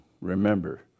remember